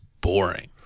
boring